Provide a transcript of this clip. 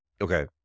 Okay